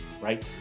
Right